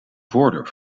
voordeur